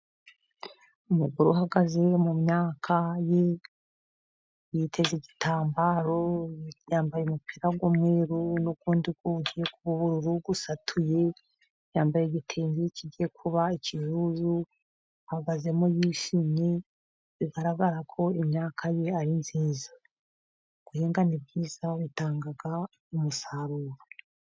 Umugore uhagaze mumyaka ye, yiteze igitambaro, yambaye umupira w'umweru, n'undi w'ubururu usatuye, yambaye igitinge kigiye kuba ikijuju, ahagazemo yishimye. Bigaragara ko imyaka ye ari myiza. Guhinga ni byiza bitanga umusaruro.